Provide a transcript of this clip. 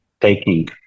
taking